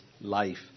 life